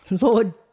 Lord